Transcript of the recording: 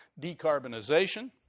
decarbonization